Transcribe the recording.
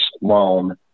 loan